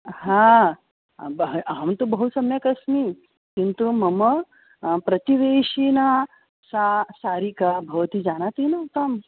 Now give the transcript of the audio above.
हा बहु अहं तु बहु सम्यक् अस्मि किन्तु मम प्रतिवेशिना सा सारिका भवती जानाति ना ताम्